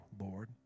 Lord